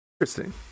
Interesting